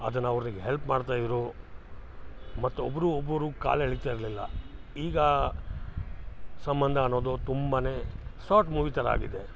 ಅದನ್ನು ಅವ್ರಿಗೆ ಹೆಲ್ಪ್ ಮಾಡ್ತಾ ಇದ್ದರು ಮತ್ತು ಒಬ್ಬರು ಒಬ್ಬರು ಕಾಲು ಎಳಿತಾ ಇರಲಿಲ್ಲ ಈಗ ಸಂಬಂಧ ಅನ್ನೋದು ತುಂಬ ಸೋರ್ಟ್ ಮೂವಿ ಥರ ಆಗಿದೆ